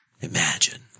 Imagine